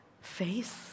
Face